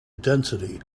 density